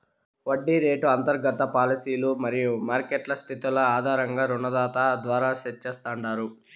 వడ్డీ రేటు అంతర్గత పాలసీలు మరియు మార్కెట్ స్థితుల ఆధారంగా రుణదాత ద్వారా సెట్ చేస్తాండారు